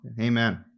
Amen